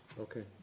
Okay